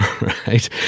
Right